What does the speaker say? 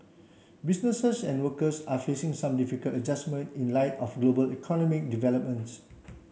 businesses and workers are facing some difficult adjustment in light of global economic developments